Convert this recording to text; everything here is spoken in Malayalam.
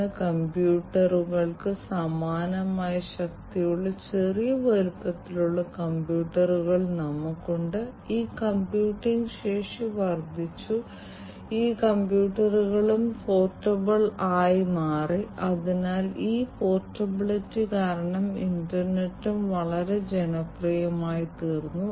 ഖനന വ്യവസായങ്ങളിൽ മാത്രമല്ല മറ്റേതെങ്കിലും രാസ വ്യവസായം പോലെയുള്ള മറ്റ് വ്യവസായങ്ങളിലും അല്ലെങ്കിൽ ഭൂഗർഭ ഖനികൾക്കായുള്ള ഗ്യാസ് മോണിറ്ററിംഗ് ആപ്ലിക്കേഷൻ പോലെ ഗ്യാസ് നിരീക്ഷണം വളരെ പ്രധാനപ്പെട്ട എവിടെയാണെങ്കിലും ഗ്യാസ് നിരീക്ഷണം എങ്ങനെ നടത്താമെന്ന് കാണിക്കുന്ന വളരെ ലളിതമായ ഒരു ആപ്ലിക്കേഷനാണിത്